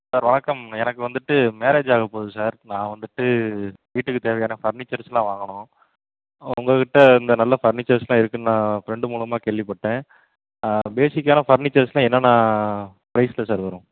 sir வணக்கம் எனக்கு வந்துட்டு மேரேஜ் ஆகப் போது சார் நான் வந்துட்டு வீட்டுக்குத் தேவையான ஃபர்னிசர்ஸ்லாம் வாங்கணும் உங்கள் கிட்ட இந்த நல்ல ஃபர்னிசர்ஸ்லாம் இருக்குன்னு ஃப்ரெண்டு மூலமாக கேள்விப்பட்டேன் பேசிக்கான ஃபர்னிசர்ஸ்லாம் என்னென்ன ப்ரைஸில் சார் வரும்